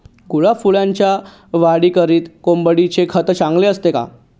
गुलाब फुलाच्या वाढीकरिता कोंबडीचे खत चांगले असते का?